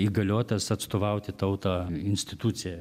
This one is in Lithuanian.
įgaliotas atstovauti tautą institucija